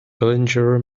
billinger